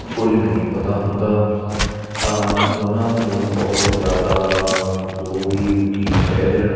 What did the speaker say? ਕੁਝ ਨਹੀਂ ਪਤਾ ਹੁੰਦਾ ਤਾਂ ਉਹਨਾਂ ਨੂੰ ਬਹੁਤ ਜ਼ਿਆਦਾ ਜੋ ਵੀ ਵਕੀਲ ਕਹਿ ਦੇਣ